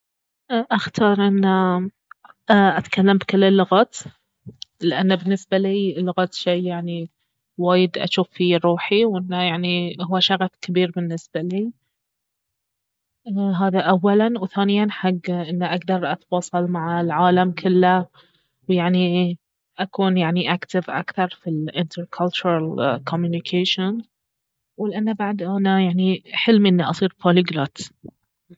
اختار انه أتكلم كل اللغات لانه بالنسبة لي اللغات شي يعني وايد اجوف فيه روحي واهو شغف كبير بالنسبة لي هذا أولا وثانيا حق اقدر اتواصل مع العالم كله يعني أكون يعني اكتف اكثر في الانتركالتشرال كوميونيكيشن ولأنه بعد انا يعني حلمي انه اصير بوليغلوت